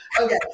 Okay